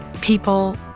people